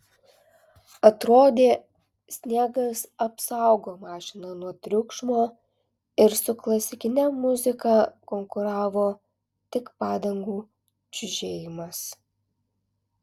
atrodė sniegas apsaugo mašiną nuo triukšmo ir su klasikine muzika konkuravo tik padangų čiužėjimas